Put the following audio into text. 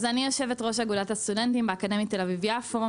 אז אני יושבת ראש אגודת הסטודנטים באקדמית תל אביב יפו.